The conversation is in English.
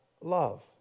love